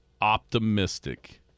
optimistic